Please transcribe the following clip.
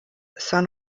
san